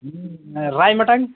राईमटाङ हजुर